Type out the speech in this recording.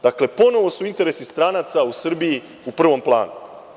Dakle, ponovo su interesi stranaca u Srbiji u prvom planu.